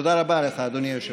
תודה רבה לך, אדוני היושב-ראש.